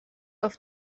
auf